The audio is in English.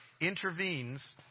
intervenes